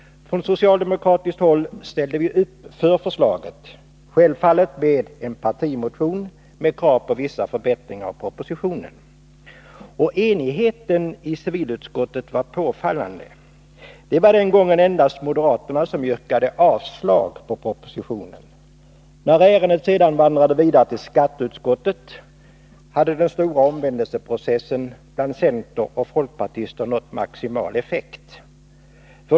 Från socialdemokratiskt håll ställde vi upp för förslaget — självfallet med en partimotion med krav på vissa förbättringar av propositionen. Och enigheten i civilutskottet var påfallande. Det var den gången endast moderaterna som yrkade avslag på propositionen. När ärendet sedan vandrade vidare till skatteutskottet hade den stora omvändelseprocessen bland centeroch folkpartister nått maximal effekt.